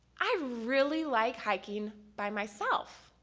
i really like hiking by myself.